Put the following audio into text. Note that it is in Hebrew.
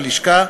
הלשכה,